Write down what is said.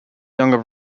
younger